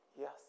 Yes